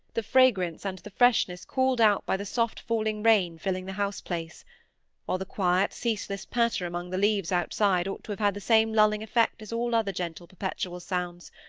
the fragrance and the freshness called out by the soft-falling rain filling the house-place while the quiet ceaseless patter among the leaves outside ought to have had the same lulling effect as all other gentle perpetual sounds,